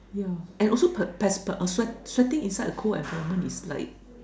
yeah and also per~ pers~ per~ uh swea~ sweating inside a cold environment is like